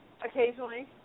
occasionally